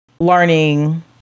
Learning